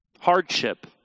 hardship